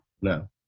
No